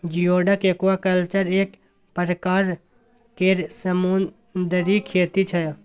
geoduck aquaculture एक परकार केर समुन्दरी खेती छै